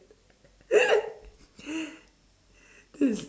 this is